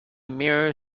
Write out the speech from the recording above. mirror